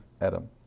Adam